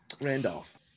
Randolph